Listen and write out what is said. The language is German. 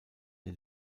den